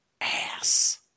ass